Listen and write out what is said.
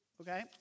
okay